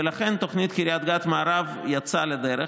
ולכן תוכנית קריית גת מערב יצאה לדרך.